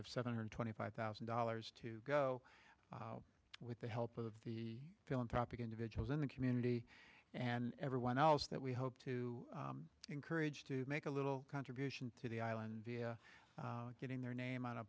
of seven hundred twenty five thousand dollars to go with the help of the philanthropic individuals in the community and everyone else that we hope to encourage to make a little contribution to the island via getting their name on a